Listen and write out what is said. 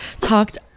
talked